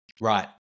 Right